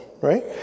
right